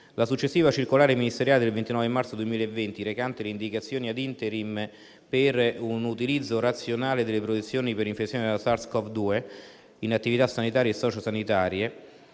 La successiva circolare ministeriale del 29 marzo 2020, recante «Indicazioni ad interim per un utilizzo razionale delle protezioni per infezione da SARS-Cov-2 nelle attività sanitarie e sociosanitarie